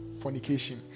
fornication